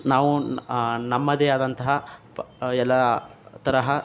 ನಾವು ನಮ್ಮದೇ ಆದಂತಹ ಎಲ್ಲ ತರಹ